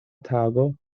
tago